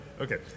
Okay